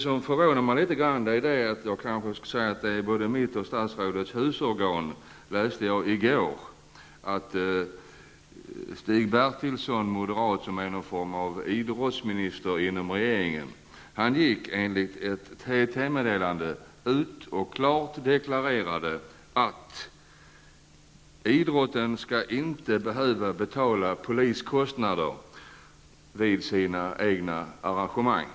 Jag blev dock litet grand förvånad när jag i går i både mitt och statsrådets husorgan läste att Stig Bertilsson , som är någon form av idrottsminister inom regeringen, enligt ett TT telegram gick ut och klart deklarerade att idrotten inte skall behöva stå för poliskostnader vid sina arrangemang.